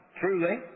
truly